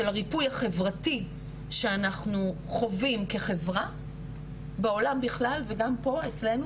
הריפוי החברתי שאנחנו חווים כחברה בעולם בכלל וגם פה אצלנו